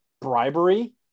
bribery